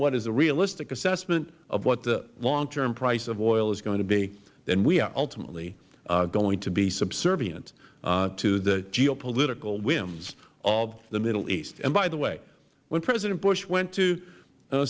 what is a realistic assessment of what the long term price of oil is going to be then we are ultimately going to be subservient to the geopolitical whims of the middle east by the way when president bush went to